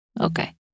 Okay